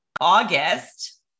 August